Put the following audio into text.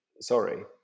sorry